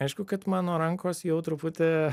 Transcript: aišku kad mano rankos jau truputį